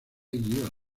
guiones